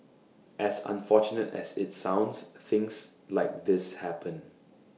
as unfortunate as IT sounds things like this happen